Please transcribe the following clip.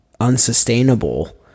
unsustainable